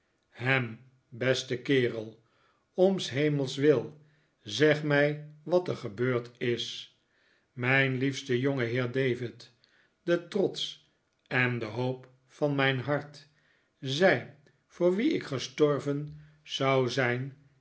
ham beste kerel om s hemels wil r zeg mij wat er gebeurd is mijn liefste jongeheer david de trots en de hoop van mijn hart zij voor wie ik gestorven zou zijn